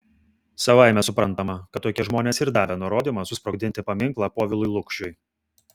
savaime suprantama kad tokie žmonės ir davė nurodymą susprogdinti paminklą povilui lukšiui